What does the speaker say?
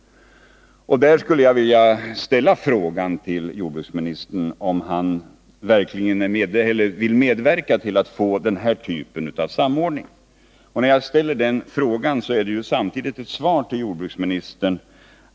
Där skulle jag vilja fråga jordbruksministern om han vill medverka till att vi får den typen av samordning. När jag ställer den frågan innebär det samtidigt ett svar till jordbruksministern.